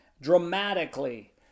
dramatically